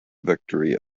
victory